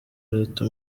leta